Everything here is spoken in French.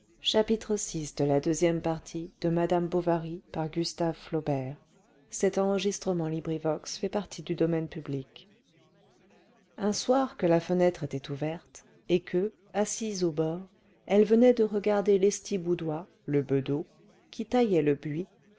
un soir que la fenêtre était ouverte et que assise au bord elle venait de regarder lestiboudois le bedeau qui taillait le buis